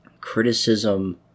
criticism